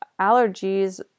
allergies